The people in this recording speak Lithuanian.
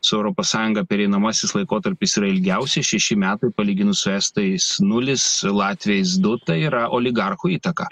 su europos sąjunga pereinamasis laikotarpis yra ilgiausias šeši metai palyginus su estais nulis latviais du tai yra oligarchų įtaka